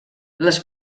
les